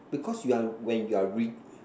because you're when you're read